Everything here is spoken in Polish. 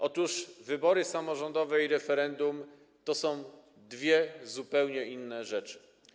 Otóż wybory samorządowe i referendum to są dwie zupełnie inne rzeczy.